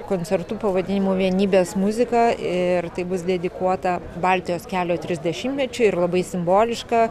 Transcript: koncertu pavadinimu vienybės muzika ir tai bus dedikuota baltijos kelio trisdešimtmečiui ir labai simboliška